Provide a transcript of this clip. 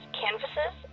canvases